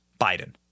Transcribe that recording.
Biden